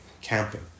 Camping